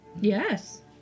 Yes